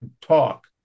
talk